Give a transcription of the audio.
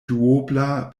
duobla